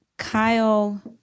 Kyle